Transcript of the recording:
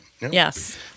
Yes